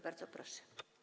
Bardzo proszę.